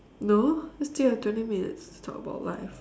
no we still have twenty minutes to talk about life